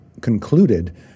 concluded